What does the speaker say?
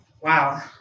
Wow